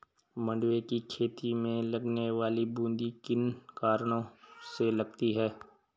मंडुवे की खेती में लगने वाली बूंदी किन कारणों से लगती है?